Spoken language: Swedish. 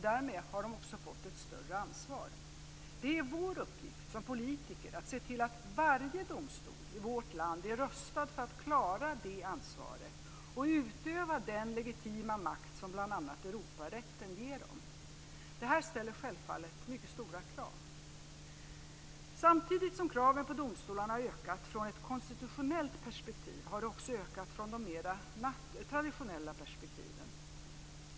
Därmed har de också fått ett större ansvar. Det är vår uppgift som politiker att se till att varje domstol i vårt land är rustad för att klara det ansvaret och utöva den legitima makt som bl.a. Europarätten ger dem. Detta ställer självfallet mycket stora krav. Samtidigt som kraven på domstolarna har ökat från ett konstitutionellt perspektiv, har de också ökat från de mer traditionella perspektiven.